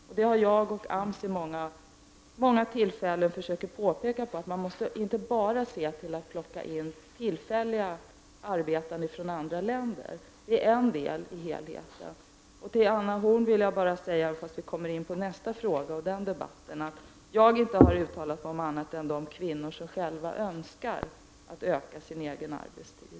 Jag har tillsammans med AMS vid många tillfällen försökt påpeka att man inte bara skall plocka in tillfälliga arbetande från andra länder. Det är bara en del av helheten. Till Anna Horn af Rantzien vill jag säga att jag inte har uttalat mig om annat än de kvinnor som själva önskar att öka sin arbetstid.